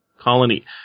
colony